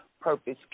Purpose